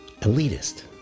elitist